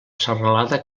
serralada